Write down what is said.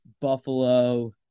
Buffalo